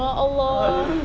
ya allah